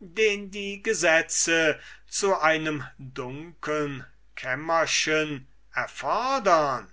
den die gesetze zu einem dunkeln kämmerchen erfodern